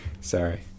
Sorry